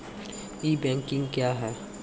ई banking क्या हैं?